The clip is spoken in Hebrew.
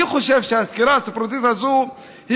אני חושב שהסקירה הספרותית הזאת היא